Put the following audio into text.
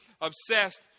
obsessed